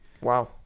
Wow